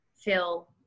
feel